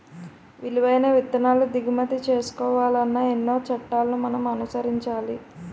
విలువైన విత్తనాలు దిగుమతి చేసుకోవాలన్నా ఎన్నో చట్టాలను మనం అనుసరించాలి